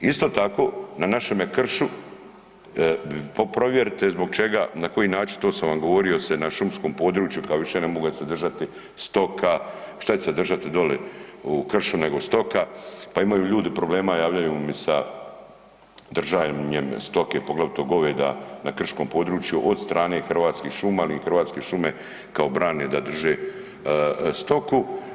Isto tako na našemu kršu, provjerite zbog čega, na koji način, to sam vam govorio se na šumskom području kao više ne mogu se držati stoka, šta će se držati doli u kršu nego stoka, pa imaju ljudi problema javljaju mi sa držanjem stoke poglavito goveda na krškom području od strane Hrvatskih šuma jer im Hrvatske šume kao brane da drže stoku.